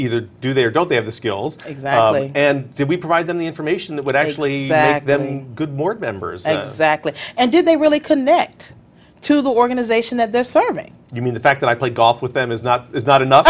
either do their don't they have the skills and do we provide them the information that would actually back them good morning members exactly and did they really connect to the organization that they're serving you mean the fact that i play golf with them is not it's not enough